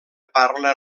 parla